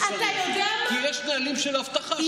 כי יש נהלים של אבטחה.